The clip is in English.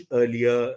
earlier